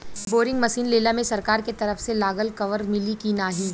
Boring machine लेला मे सरकार के तरफ से लागत कवर मिली की नाही?